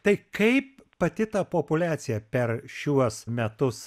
tai kaip pati ta populiacija per šiuos metus